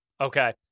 Okay